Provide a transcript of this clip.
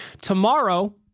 Tomorrow